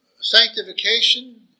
sanctification